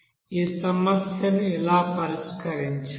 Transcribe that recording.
ఈ సమస్యను ఎలా పరిష్కరించాలి